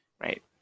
right